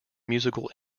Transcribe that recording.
musical